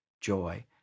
joy